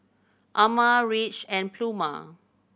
Ama Ridge and Pluma